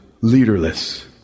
leaderless